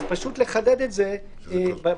פשוט לחדד את זה בנוסח.